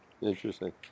interesting